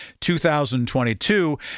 2022